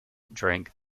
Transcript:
drank